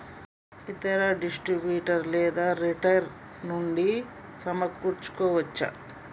ఇతర డిస్ట్రిబ్యూటర్ లేదా రిటైలర్ నుండి సమకూర్చుకోవచ్చా?